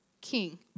King